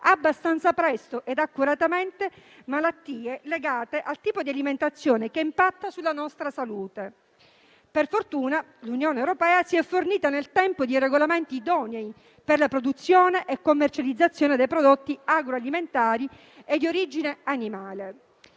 abbastanza presto e accuratamente malattie legate al tipo di alimentazione che impatta sulla nostra salute. Per fortuna, l'Unione europea si è fornita nel tempo di regolamenti idonei per la produzione e commercializzazione dei prodotti agroalimentari e di origine animale.